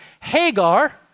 Hagar